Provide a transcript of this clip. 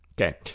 Okay